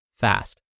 fast